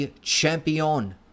champion